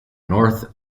north